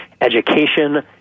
education